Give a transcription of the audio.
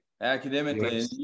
academically